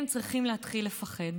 להתחיל לפחד.